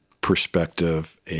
perspective